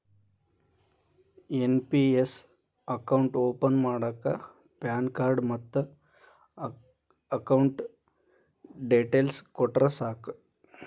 NPS account open ಮಾಡಾಕ pan card ಮತ್ತ account details ಕೊಟ್ರ ಸಾಕ